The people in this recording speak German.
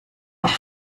auch